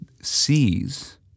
sees